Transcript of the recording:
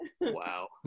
Wow